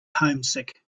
homesick